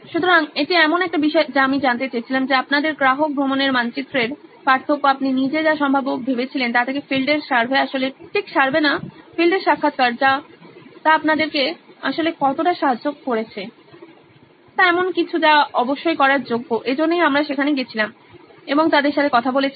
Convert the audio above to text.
সুতরাং এটি এমন একটি বিষয় যা আমি জানতে চেয়েছিলাম যে আপনাদের গ্রাহক ভ্রমণের মানচিত্রের পার্থক্য আপনি নিজে যা সম্ভাব্য ভেবেছিলেন তা থেকে ফিল্ডের সার্ভে আসলে ঠিক সার্ভে না ফিল্ডের সাক্ষাৎকার তা আপনাদেরকে আসলে কতটা সাহায্য করেছে তা এমন কিছু যা অবশ্যই করার যোগ্য এজন্যই আমরা সেখানে গেছিলাম এবং তাদের সাথে কথা বলেছিলাম